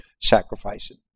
sacrificing